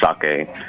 sake